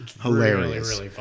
hilarious